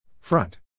Front